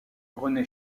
rené